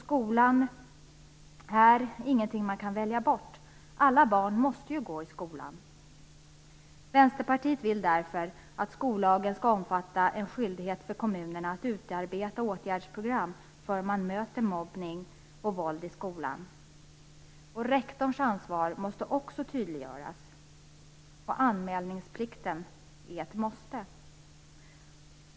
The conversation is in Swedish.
Skolan är ingenting man kan välja bort. Alla barn måste ju gå i skolan. Vänsterpartiet vill därför att skollagen skall omfatta en skyldighet för kommunerna att utarbeta åtgärdsprogram för hur man möter mobbning och våld i skolan. Rektorns ansvar måste också tydliggöras. Anmälningsplikten är ett måste.